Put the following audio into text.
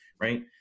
right